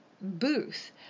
booth